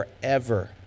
forever